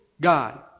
God